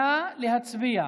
נא להצביע.